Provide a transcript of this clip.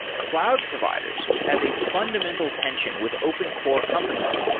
cloud providers have a fundamental tension with open core companies,